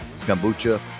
kombucha